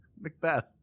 Macbeth